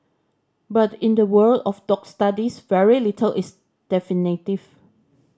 but in the world of dog studies very little is definitive